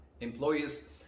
employees